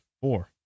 four